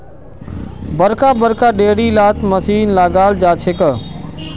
बड़का बड़का डेयरी लात मशीन लगाल जाछेक